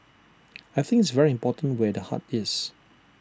I think it's very important where the heart is